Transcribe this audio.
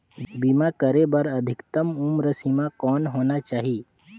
बीमा करे बर अधिकतम उम्र सीमा कौन होना चाही?